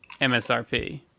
MSRP